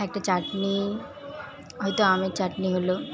একটা চাটনি হয়তো আমের চাটনি হলো